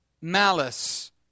malice